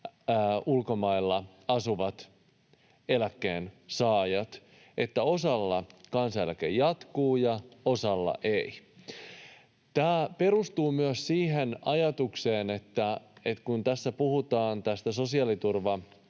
ulkomailla asuvat eläkkeensaajat, niin että osalla kansaneläke jatkuu ja osalla ei. Tämä perustuu myös siihen ajatukseen, että kun tässä puhutaan tästä sosiaaliturva-asetuksesta